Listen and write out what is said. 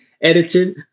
Edited